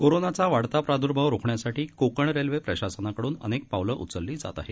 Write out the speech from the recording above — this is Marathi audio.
कोरोनाचा वाढता प्रादु्भाव रोखण्यासाठी कोकण रेल्वे प्रशासनाकडून अनेक पावलं उचलली जात आहेत